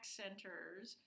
centers